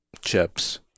chips